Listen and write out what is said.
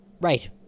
right